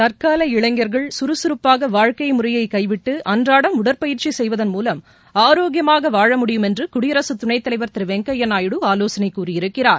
தற்கால இளைஞர்கள் குறுகறப்பற்ற வாழ்க்கை முறையை கைவிட்டு அன்றாடம் உடற்பயிற்சி செய்வதன் மூலம் ஆரோக்கியமாக வாழமுடியும் என்று குடியரசு துணைத்தலைவர் திரு வெங்கையா நாயுடு ஆலோசனை கூறியிருக்கிறார்